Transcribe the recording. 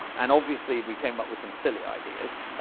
and obviously we came up with some silly ideas.